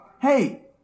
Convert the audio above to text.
hey